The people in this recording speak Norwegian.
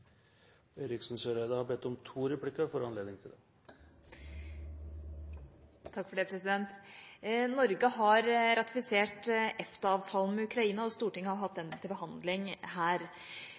har ratifisert EFTA-avtalen med Ukraina, og Stortinget har hatt den til behandling her. For